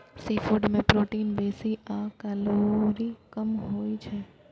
seafood मे protein बेसी आ कैलोरी कम होइ छै